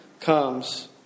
comes